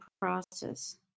process